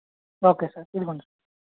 okay sir ఇదిగోనండీ